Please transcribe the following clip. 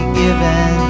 given